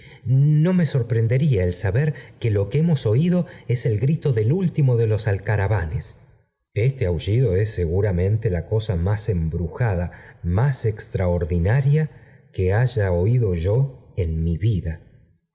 no me sorprendería el saber que lo que hemos oído es el i grito del último de los alcaravanes w bte aullido es seguramente la cosa más emir brujada más extraordinaria que haya oído yo en h mi vida